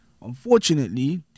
Unfortunately